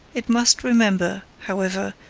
it must remember, however,